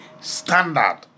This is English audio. standard